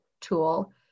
tool